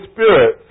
Spirit